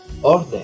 Order